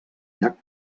llac